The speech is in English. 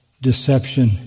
deception